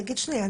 תגיד שנייה,